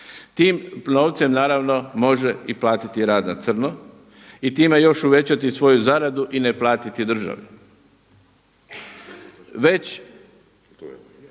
Tim novcem naravno može i platiti rad na crno i time još uvećati svoju zaradu i ne platiti državi.